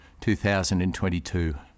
2022